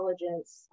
intelligence